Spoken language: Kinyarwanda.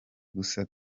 gusa